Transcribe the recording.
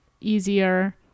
easier